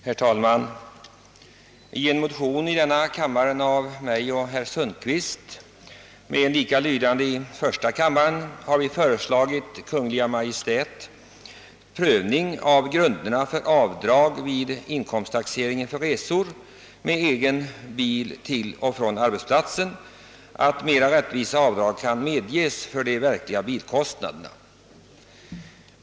Herr talman! I en motion i denna kammare — en likalydande har väckts i första kammaren — har herr Sundkvist och jag föreslagit Kungl. Maj:t en prövning av grunderna för avdrag vid inkomsttaxeringen för resor med egen bil till och från arbetsplatsen så att mera rättvisa avdrag skall kunna medges för de verkliga bilkostnaderna.